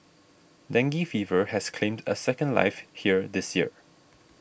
dengue fever has claimed a second life here this year